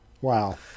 Wow